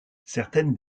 certaines